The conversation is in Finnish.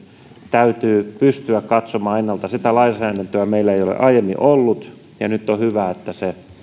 täytyy pystyä katsomaan ennalta sitä lainsäädäntöä meillä ei ole aiemmin ollut ja nyt on hyvä että se